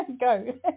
Go